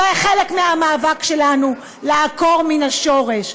זה חלק מהמאבק שלנו, לעקור מן השורש.